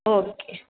okay